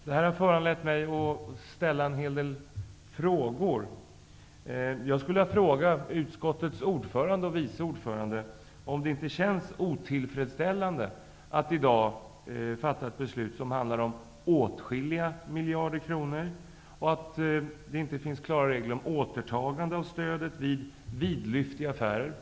Det här har föranlett mig att ställa en hel del frågor. Jag skulle vilja fråga utskottets ordförande och vice ordförande om det inte känns otillfredsställande att i dag fatta ett beslut som gäller åtskilliga miljarder kronor eftersom det inte finns klara regler om återtagande av stödet vid vidlyftiga affärer.